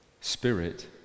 spirit